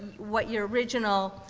what your original,